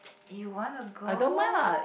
you wanna go